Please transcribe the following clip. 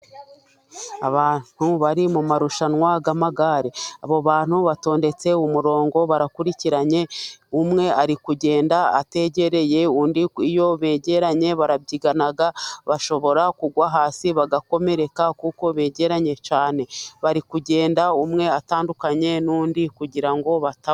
Abantu bari mu marushanwa y'amagare, abo bantu batondetse ku murongo barakurikiranye, umwe ari kugenda agereye undi, iyo begeranye barabyigana bashobora kugwa hasi bagakomereka kuko begeranye cyane bari kugenda umwe atandukanye n'undi kugira ngo batazi.